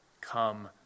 come